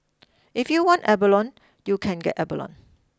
if you want abalone you can get abalone